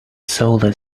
solar